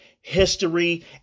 history